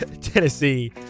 Tennessee